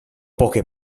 poche